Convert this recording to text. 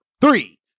three